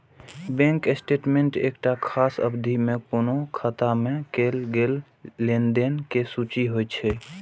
bank statement एकटा खास अवधि मे कोनो खाता मे कैल गेल लेनदेन के सूची होइ छै